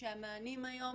שהמענים היום,